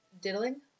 diddling